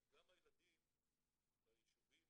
גם הילדים ביישובים